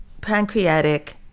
pancreatic